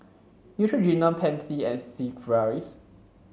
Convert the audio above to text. Neutrogena Pansy and Sigvaris